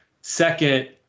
Second